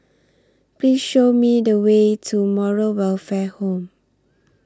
Please Show Me The Way to Moral Welfare Home